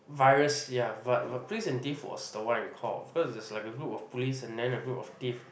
virus ya but but police and thief was the one I recall because there's like a group of police and then a group of thief